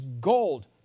gold